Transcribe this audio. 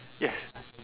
yes